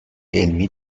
علمی